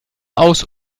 aus